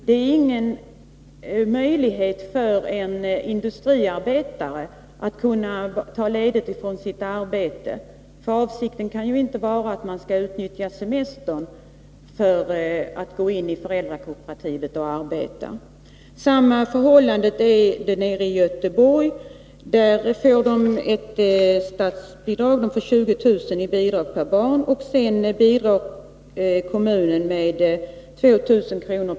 Det finns ingen möjlighet för en industriarbetare att ta ledigt från sitt arbete — och avsikten kan ju inte vara att man skall utnyttja semestern för att gå in i föräldrakooperativet och arbeta. Förhållandet är detsamma nere i Göteborg. Där får man 20 000 kr. i statsbidrag per barn, och sedan bidrar kommunen med 2 000 kr.